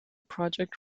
project